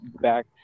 back